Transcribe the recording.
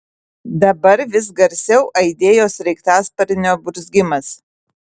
dabar vis garsiau aidėjo sraigtasparnio burzgimas